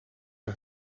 een